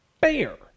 bear